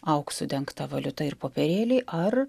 auksu dengta valiuta ir popierėliai ar